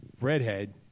redhead